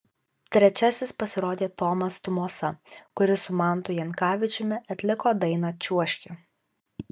trečiasis pasirodė tomas tumosa kuris su mantu jankavičiumi atliko dainą čiuožki